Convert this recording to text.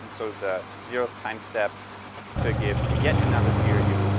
and so the zero time step to give to another g or u